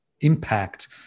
impact